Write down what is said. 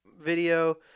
video –